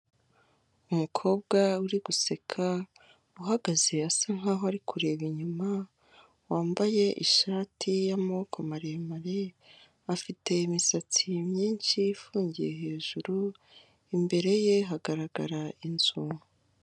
Umukobwa uri guseka uhagaze asa nk'aho ari kureba inyuma, wambaye ishati y'amaboko maremare, afite imisatsi myinshi ifungiye hejuru, imbere ye hagaragara inzu.